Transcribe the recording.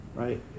Right